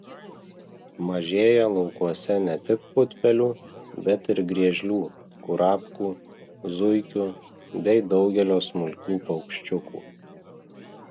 mažėja laukuose ne tik putpelių bet ir griežlių kurapkų zuikių bei daugelio smulkių paukščiukų